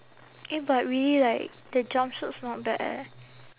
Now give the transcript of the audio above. eh but really like the jumpsuits not bad eh